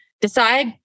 decide